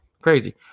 Crazy